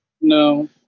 No